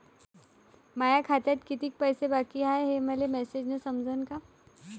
माया खात्यात कितीक पैसे बाकी हाय हे मले मॅसेजन समजनं का?